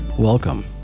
Welcome